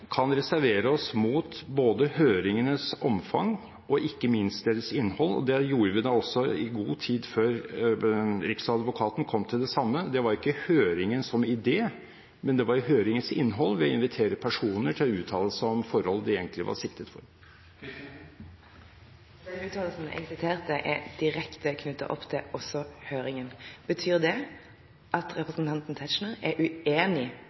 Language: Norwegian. kan reservere oss mot både høringenes omfang og ikke minst deres innhold, og det gjorde vi også i god tid før Riksadvokaten kom til det samme. Det var ikke høringen som idé, men det var høringens innhold – ved å invitere personer til å uttale seg om forhold de egentlig var siktet for. Den uttalelsen jeg siterte, er også direkte knyttet opp til høringen. Betyr det at representanten Tetzschner er uenig